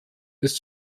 des